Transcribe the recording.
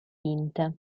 vinte